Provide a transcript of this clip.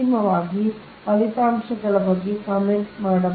ಅಂತಿಮವಾಗಿ ಫಲಿತಾಂಶಗಳ ಬಗ್ಗೆ ಕಾಮೆಂಟ್ ಮಾಡಿ